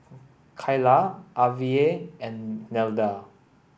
Kyla Avie and Nelda